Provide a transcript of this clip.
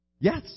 Yes